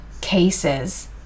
cases